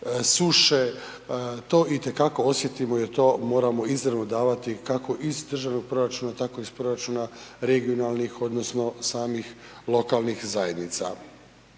suše, to itekako osjetimo jer to moramo izravno davati kako iz državnog proračuna, tako iz proračuna regionalnih odnosno samih lokalnih zajednica.